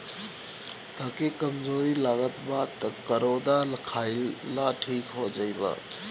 तहके कमज़ोरी लागत बा तअ करौदा खाइ लअ ठीक हो जइब